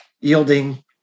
yielding